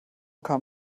kam